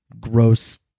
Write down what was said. gross